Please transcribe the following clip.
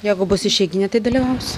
jeigu bus išeiginė tai dalyvaus